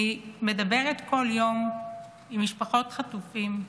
אני מדברת כל יום עם משפחות חטופים,